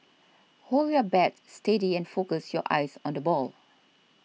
hold your bat steady and focus your eyes on the ball